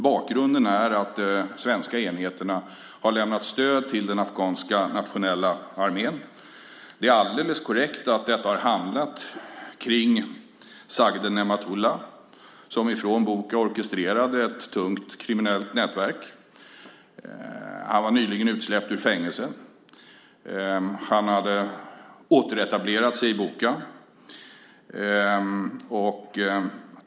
Bakgrunden är att de svenska enheterna har lämnat stöd till den nationella afghanska armén. Det är alldeles korrekt att detta har handlat om sagde Nematullah, som från Boka orkestrerade ett tungt kriminellt nätverk. Han var nyligen utsläppt ur fängelse. Han hade återetablerat sig i Boka.